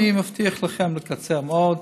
אני מבטיח לכם שאקצר מאוד.